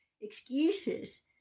excuses